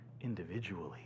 individually